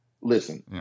Listen